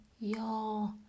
y'all